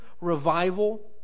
revival